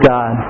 God